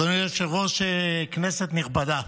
אדוני היושב-ראש, כנסת נכבדה,